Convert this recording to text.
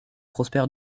prospère